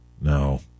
no